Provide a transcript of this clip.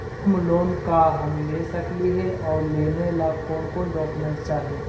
Home loan का हम ले सकली हे, और लेने ला कोन कोन डोकोमेंट चाही?